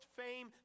fame